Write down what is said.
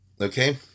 Okay